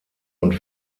und